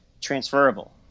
transferable